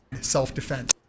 self-defense